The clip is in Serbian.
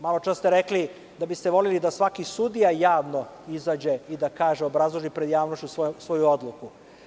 Maločas ste rekli da biste voleli da svaki sudija javno izađe i da kaže, obrazloži pred javnošću svoju odluku.